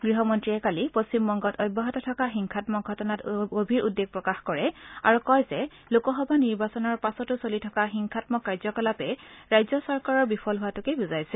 গৃহমন্ত্ৰীয়ে কালি পশ্চিমবংগত অব্যাহত থকা হিংসামক ঘটনাত গভীৰ উদ্বেগ প্ৰকাশ কৰে আৰু কয় যে লোকসভা নিৰ্বাচনৰ পাছতো চলি থকা হিংসামক কাৰ্যকলাপে ৰাজ্য চৰকাৰৰ বিফল হোৱাটোকে বুজাইছে